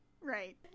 Right